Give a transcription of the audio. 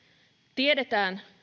tiedetään